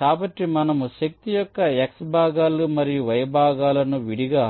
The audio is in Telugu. కాబట్టి మనము శక్తి యొక్క x భాగాలు మరియు y భాగాలను విడిగా